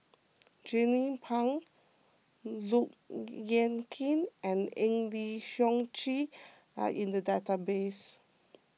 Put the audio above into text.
Jernnine Pang Look Yan Kit and Eng Lee Seok Chee are in the database